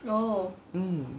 mm